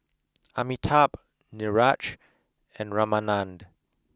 Amitabh Niraj and Ramanand